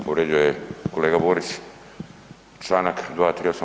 Povrijedio je kolega Borić Članak 238.